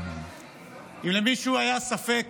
אם למישהו היה ספק